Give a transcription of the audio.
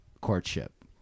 courtship